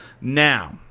Now